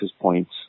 points